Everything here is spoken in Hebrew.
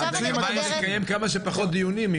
רוצים לקיים כמה שפחות דיונים,